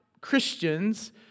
Christians